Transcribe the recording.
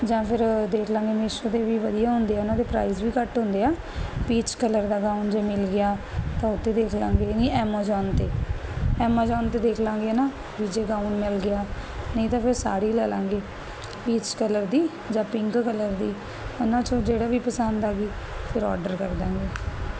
ਜਾਂ ਫਿਰ ਦੇਖ ਲਾਂਗੇ ਮਿਸ਼ੋ ਤੇ ਵੀ ਵਧੀਆ ਹੁੰਦੇ ਆ ਉਹਨਾਂ ਦੇ ਪ੍ਰਾਈਜ ਵੀ ਘੱਟ ਹੁੰਦੇ ਆ ਪੀਚ ਕਲਰ ਦਾ ਗਾਊਨ ਜੇ ਮਿਲ ਗਿਆ ਤਾਂ ਉਹਤੇ ਦੇਖ ਲਾਂਗੇ ਨੀ ਐਮੋਜੋਨ ਤੇ ਐਮਜੋਨ ਤੇ ਦੇਖ ਲਾਂਗੇ ਹਨਾ ਵੀ ਜੇ ਗਾਊਨ ਮਿਲ ਗਿਆ ਨਹੀਂ ਤਾਂ ਫਿਰ ਸਾੜੀ ਲੈ ਲਾਂਗੇ ਪੀਚ ਕਲਰ ਦੀ ਜਾਂ ਪਿੰਕ ਕਲਰ ਦੀ ਉਹਨਾਂ ਚੋਂ ਜਿਹੜੇ ਵੀ ਪਸੰਦ ਆ ਗਈ ਫਿਰ ਆਰਡਰ ਕਰ ਦਾਂਗੇ